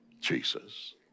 Jesus